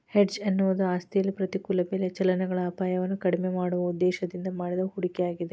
hedge ಎನ್ನುವುದು ಆಸ್ತಿಯಲ್ಲಿ ಪ್ರತಿಕೂಲ ಬೆಲೆ ಚಲನೆಗಳ ಅಪಾಯವನ್ನು ಕಡಿಮೆ ಮಾಡುವ ಉದ್ದೇಶದಿಂದ ಮಾಡಿದ ಹೂಡಿಕೆಯಾಗಿದೆ